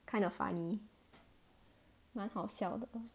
kind of funny 蛮好笑的